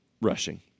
rushing